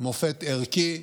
מופת ערכי,